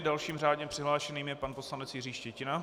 Dalším řádně přihlášeným je pan poslanec Jiří Štětina.